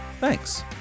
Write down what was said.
Thanks